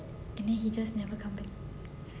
and then he just never come back